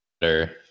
better